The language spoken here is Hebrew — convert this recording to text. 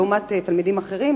לעומת תלמידים אחרים,